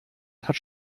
hat